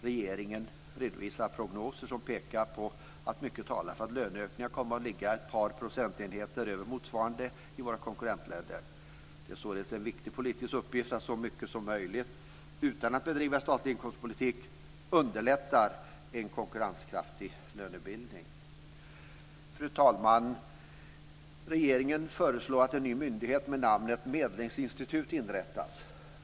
Regeringen redovisar prognoser som pekar på att mycket talar för att löneökningarna kommer att ligga ett par procentenheter över motsvarigheterna i våra konkurrentländer. Det är således en viktig politisk uppgift att så mycket som möjligt, utan att bedriva statlig inkomstpolitik, underlätta en konkurrenskraftig lönebildning. Fru talman! Regeringen föreslår att en ny myndighet med namnet Medlingsinstitutet inrättas.